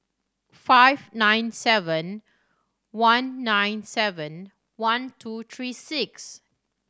five nine seven one nine seven one two three six